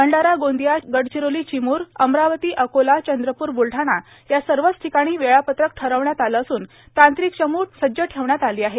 भंडारा गोर्दिया गर्डीचरोलो र्चमूर अमरावती अकोला चंद्रपूर बुलढाणा या सवच रठिकाणी वेळापत्रक ठरवण्यात आलं असून तांत्रिक चमू सज्ज ठेवण्यात आलां आहे